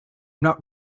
not